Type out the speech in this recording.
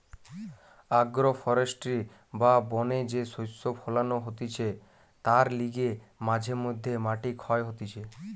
agro forestry বা বনে যে শস্য ফোলানো হতিছে তার লিগে মাঝে মধ্যে মাটি ক্ষয় হতিছে